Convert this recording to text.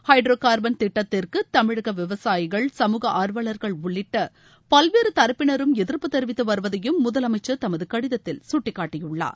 hydrocarbon திட்டத்திற்கு தமிழகவிவசாயிகள் சமூக ஆர்வல்கள் உள்ளிட்டபல்வேறுதரப்பினரும் எதிர்ப்பு தெரிவித்துவருவதையும் முதலமைச்சர் தமதுகடிதத்தில் சுட்டிக்காட்டியுள்ளார்